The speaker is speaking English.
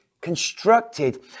constructed